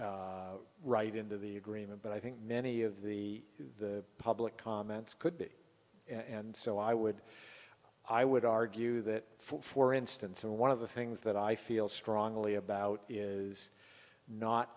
write into the agreement but i think many of the the public comments could be and so i would i would argue that for instance and one of the things that i feel strongly about is not